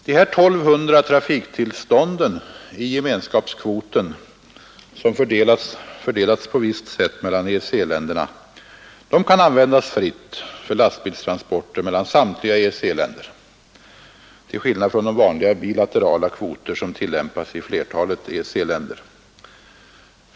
De 1 200 trafiktillstånden i gemenskapskvoten, som fördelats på visst sätt mellan EEC-länderna, kan användas fritt för lastbilstransporter mellan samtliga EEC-länder — till skillnad från de vanliga bilaterala kvoter som tillämpas i flertalet EEC-länder.